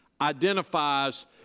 identifies